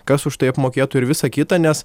kas už tai apmokėtų ir visa kita nes